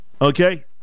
okay